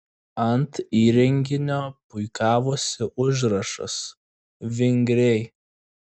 ant įrenginio puikavosi užrašas vingriai